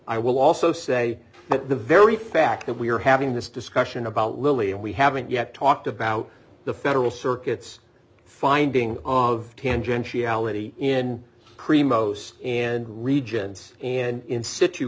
i will also say that the very fact that we are having this discussion about lilly and we haven't yet talked about the federal circuit's finding of tangentially ality in primos and regents and in sit